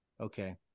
Okay